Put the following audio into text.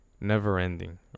never-ending